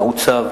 מעוצב,